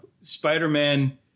Spider-Man